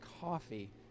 coffee